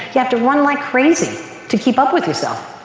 you have to run like crazy to keep up with yourself.